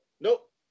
Nope